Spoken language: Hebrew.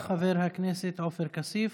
תודה, חבר הכנסת עופר כסיף.